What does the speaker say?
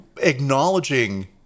acknowledging